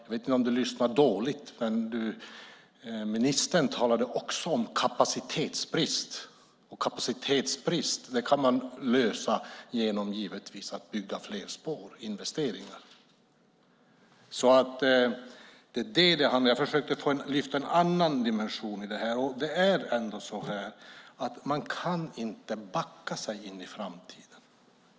Jag vet inte om du lyssnade dåligt, Edward. Också ministern talade om kapacitetsbrist. Kapacitetsbrist kan man givetvis lösa genom att bygga fler spår och göra investeringar. Jag försökte att lyfta fram en annan dimension i detta. Man kan inte backa sig in i framtiden.